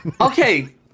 Okay